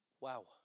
Wow